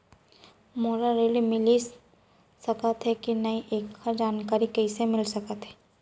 मोला ऋण मिलिस सकत हे कि नई एखर जानकारी कइसे मिलिस सकत हे?